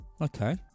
Okay